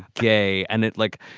gay and it like,